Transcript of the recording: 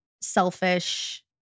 selfish